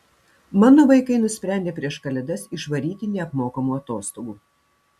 mano vaikai nusprendė prieš kalėdas išvaryti neapmokamų atostogų